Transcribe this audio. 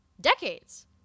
decades